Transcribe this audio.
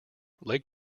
lake